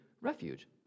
refuge